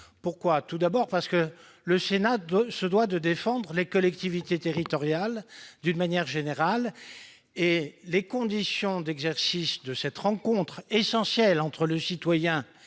tour des élections municipales. Le Sénat se doit de défendre les collectivités territoriales d'une manière générale. Or les conditions d'exercice de cette rencontre essentielle entre le citoyen